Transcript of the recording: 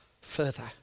further